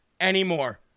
anymore